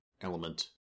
element